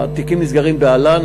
התיקים נסגרים בעל"ן,